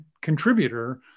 contributor